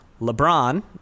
LeBron